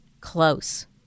close